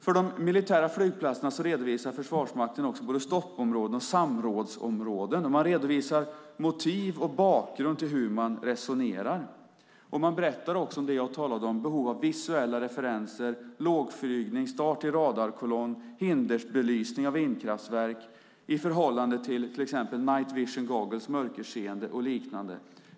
För de militära flygplatserna redovisar Försvarsmakten också både stoppområden och samrådsområden, där man redovisar motiv och bakgrund i fråga om hur man resonerar. Man berättar också om det jag talade om, behov av visuella referenser, lågflygning, start i radarkolonn, hindersbelysning för vindkraftverk i förhållande till exempelvis night vision goggles, mörkerseende och liknande.